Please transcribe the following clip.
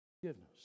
Forgiveness